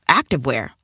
activewear